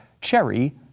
cherry